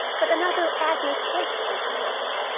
but another agnes blakiston, perhaps,